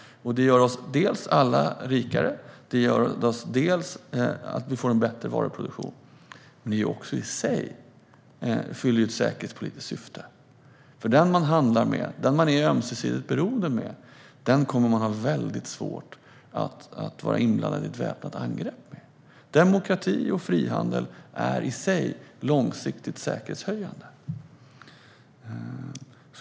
Det gör oss alla rikare. Det gör också att vi får en bättre varuproduktion. Det fyller också i sig ett säkerhetspolitiskt syfte, för den man handlar med och är i ett ömsesidigt beroende med kommer man att ha väldigt svårt att vara inblandad i väpnad konflikt med. Demokrati och frihandel är i sig långsiktigt säkerhetshöjande.